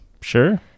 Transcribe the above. Sure